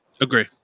agree